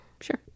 Sure